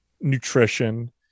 nutrition